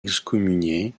excommunié